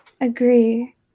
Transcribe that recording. agree